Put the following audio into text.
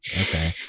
Okay